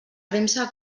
premsa